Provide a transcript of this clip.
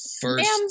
first